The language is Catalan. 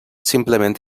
simplement